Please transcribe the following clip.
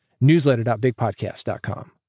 newsletter.bigpodcast.com